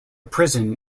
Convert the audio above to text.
prison